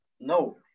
no